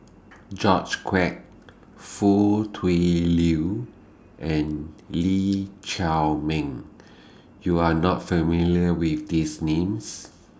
George Quek Foo Tui Liew and Lee Chiaw Meng YOU Are not familiar with These Names